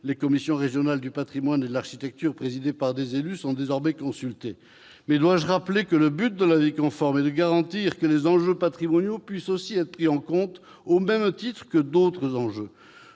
les commissions régionales du patrimoine et de l'architecture, présidées par des élus, sont désormais consultées. Le but de l'avis conforme- dois-je le rappeler ? -est de garantir que les enjeux patrimoniaux puissent aussi être pris en compte, au même titre que d'autres enjeux.